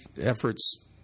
efforts